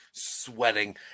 Sweating